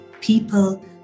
people